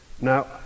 Now